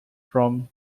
from